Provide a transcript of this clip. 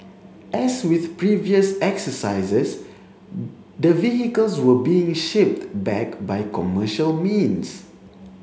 as with previous exercises the vehicles were being shipped back by commercial means